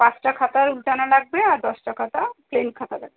পাঁচটা খাতা রুল টানা লাগবে আর দশটা খাতা প্লেন খাতা লাগবে